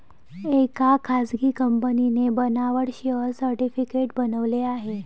एका खासगी कंपनीने बनावट शेअर सर्टिफिकेट बनवले आहे